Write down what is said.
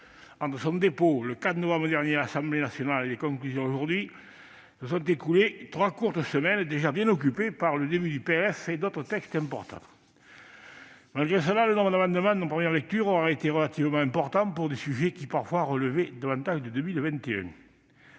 Entre son dépôt, le 4 novembre dernier à l'Assemblée nationale, et l'examen, aujourd'hui, de ses conclusions se seront écoulées trois courtes semaines, déjà bien occupées par le début de la discussion du PLF et par d'autres textes importants. Malgré cela, le nombre d'amendements en première lecture aura été relativement important, pour des sujets qui parfois relevaient davantage de 2021